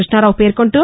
కృష్ణారావు పేర్కొంటూ